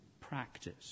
practice